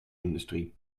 industrie